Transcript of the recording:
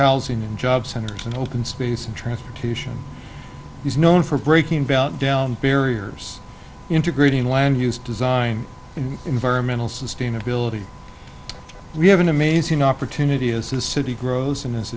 housing and job centers and open space and transportation he's known for breaking down barriers integrating land use design and environmental sustainability we have an amazing opportunity as the city grows and as